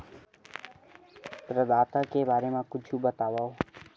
प्रदाता के बारे मा कुछु बतावव?